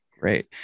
Great